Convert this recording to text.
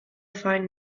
fine